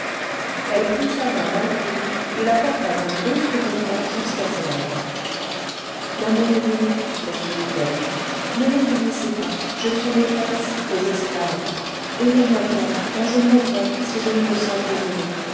elle prit sa main malgré lui et la porta d'un brusque mouvement jusqu'à ses lèvres l'amour est venu poursuivit-elle ne me punissez pas je suis maîtresse mais esclave aimez-moi bien car je mourrais si je ne me sentais aimée